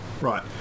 right